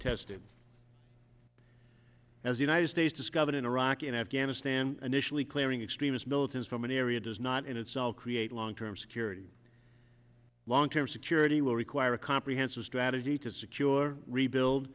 as united states discovered in iraq and afghanistan additionally clearing extremist militants from an area does not in itself create long term security long term security will require a comprehensive strategy to secure rebuild